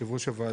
יושב ראש הוועדה,